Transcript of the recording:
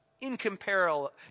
incomparable